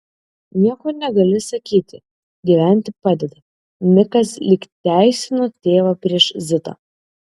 nieko negali sakyti gyventi padeda mikas lyg teisino tėvą prieš zitą